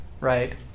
right